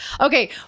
Okay